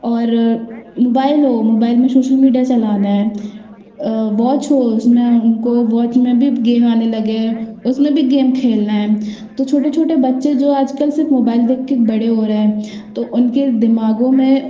और मोबाईल हो मोबाईल में सोशल मीडिया चलाना है वाॅच हो उसमें उनको वाॅच में भी गेम आने लगे है उसमें भी खेलना है तो छोटे छोटे बच्चे जो आजकल सिर्फ मोबाईल देख के बड़े हो रहे हैं तो उनके दिमागों में